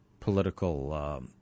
political